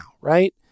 right